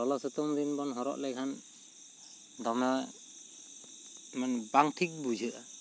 ᱞᱚᱞᱚ ᱥᱤᱛᱩᱝ ᱫᱤᱱ ᱵᱚᱱ ᱦᱚᱨᱚᱜ ᱞᱮᱠᱷᱟᱱ ᱫᱚᱢᱮ ᱢᱮᱱ ᱵᱟᱝ ᱴᱷᱤᱠ ᱵᱩᱡᱷᱟᱹᱜᱼᱟ